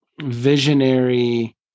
visionary